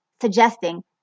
suggesting